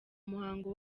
muhango